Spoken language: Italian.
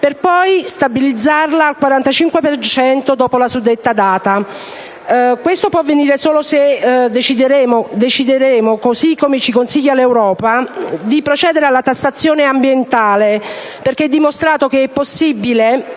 per poi stabilizzarla al 45 per cento dopo la suddetta data. Ciò potrà avvenire solo se decideremo, così come ci consiglia l'Unione europea, di procedere alla tassazione ambientale, perché è dimostrato che è possibile